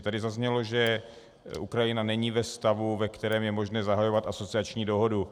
Tady zaznělo, že Ukrajina není ve stavu, ve kterém je možné zahajovat asociační dohodu.